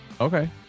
okay